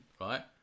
right